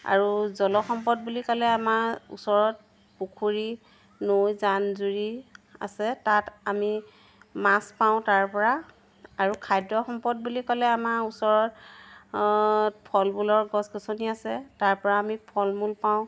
আৰু জলসম্পদ বুলি ক'লে আমাৰ ওচৰত পুখুৰী নৈ জান জুৰি আছে তাত আমি মাছ পাওঁ তাৰপৰা আৰু খাদ্য সম্পদ বুলি ক'লে আমাৰ ওচৰৰ ফল মূলৰ গছ গছনি আছে তাৰপৰা আমি ফল মূল পাওঁ